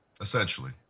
essentially